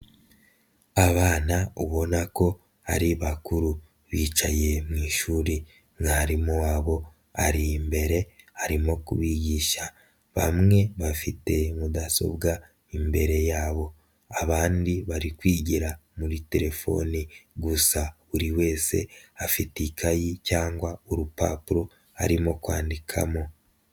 Abana ubona ko ari bakuru bicaye mu ishuri, mwarimu wabo ari imbere arimo kubigisha bamwe bafite mudasobwa imbere yabo, abandi bari kwigira muri telefoni gusa buri wese afite ikayi cyangwa urupapuro arimo kwandikamo.